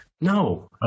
No